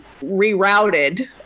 rerouted